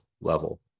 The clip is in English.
level